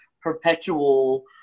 perpetual